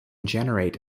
generate